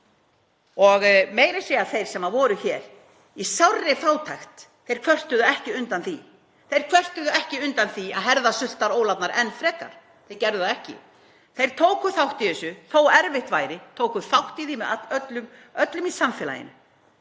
að segja þeir sem voru hér í sárri fátækt kvörtuðu ekki undan því. Þeir kvörtuðu ekki undan því að herða sultarólarnar enn frekar. Þeir gerðu það ekki. Þeir tóku þátt í þessu þótt erfitt væri, tóku þátt í því með öllum í samfélaginu